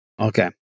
Okay